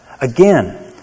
Again